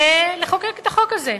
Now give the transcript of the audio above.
ולחוקק את החוק הזה,